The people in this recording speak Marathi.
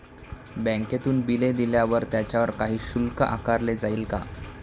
बँकेतून बिले दिल्यावर त्याच्यावर काही शुल्क आकारले जाईल का?